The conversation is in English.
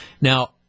Now